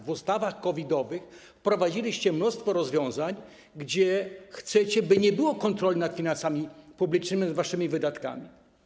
W ustawach COVID-owych wprowadziliście mnóstwo rozwiązań, by nie było kontroli nad finansami publicznymi, nad waszymi wydatkami.